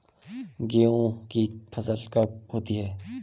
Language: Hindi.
गेहूँ की फसल कब होती है?